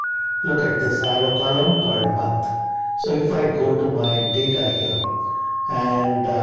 look at this. i have a column called month so if i go to my data here and.